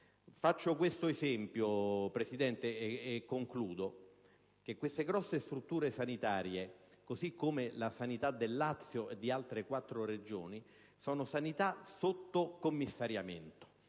Faccio un esempio, Presidente, e concludo. Queste grosse strutture sanitarie, e in generale la sanità del Lazio e di altre quattro Regioni, sono sotto commissariamento.